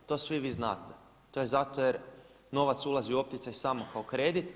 To svi vi znate, to je zato jer novac ulazi u opticaj samo kao kredit.